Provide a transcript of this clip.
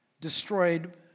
destroyed